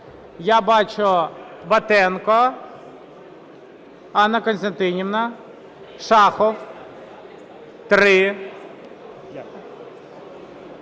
Я бачу: Батенко, Анна Костянтинівна, Шахов